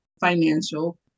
financial